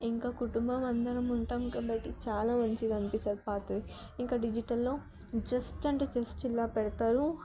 ఇంక కుటుంబం అందరం ఉంటాం కాబట్టి చాలా మంచిగా అనిపిస్తుంది పాతది ఇంక డిజిటల్లో జస్ట్ అంటే జస్ట్ ఇలా పెడతారు